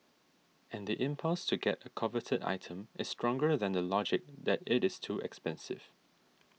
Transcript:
and the impulse to get a coveted item is stronger than the logic that it is too expensive